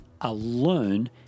alone